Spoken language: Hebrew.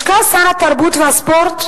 לשכת שר התרבות והספורט,